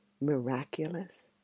miraculous